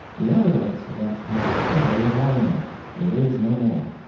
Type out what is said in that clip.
the evidence against harriet shelley is all in there is no more.